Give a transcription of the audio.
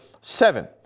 seven